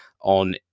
on